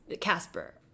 Casper